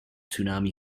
tsunami